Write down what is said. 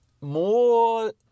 more